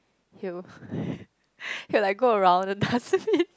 he will he'll like go around the dustbin